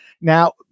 Now